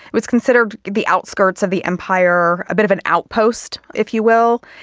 it was considered the outskirts of the empire, a bit of an outpost, if you will.